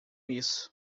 isso